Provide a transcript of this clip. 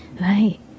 Right